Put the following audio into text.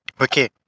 Okay